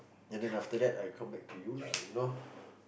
and then after that I come back to you lah you know